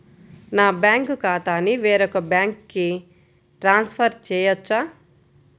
నా బ్యాంక్ ఖాతాని వేరొక బ్యాంక్కి ట్రాన్స్ఫర్ చేయొచ్చా?